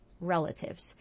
relatives